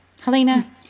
Helena